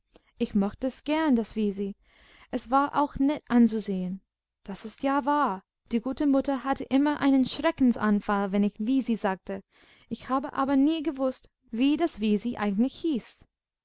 ich mochte es gern das wisi es war auch nett anzusehen das ist ja wahr die gute mutter hatte immer einen schreckensanfall wenn ich wisi sagte ich habe aber nie gewußt wie das wisi eigentlich hieß